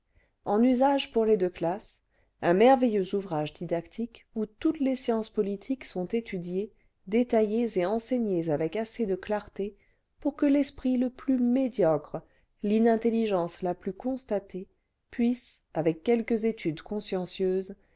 en usage pour les deux classes un merveilleux ouvrage didactique où toutes les sciences politiques sont étudiées détaillées et enseignées avec assez de clarté pour que l'esprit le plus médiocre l'inintelligence la plus constatée puisse avec quelques études consciencieuses